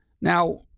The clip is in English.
Now